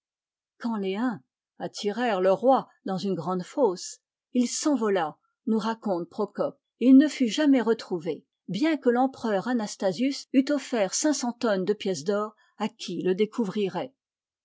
quand les huns attirèrent le roi dans une grande fosse il s'envola nous raconte procope et il ne fut jamais retrouvé bien que l'empereur anastasius eût offert cinq cents tonnes de pièces d'or à qui le découvrirait